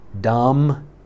dumb